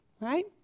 right